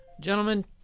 Gentlemen